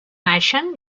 naixen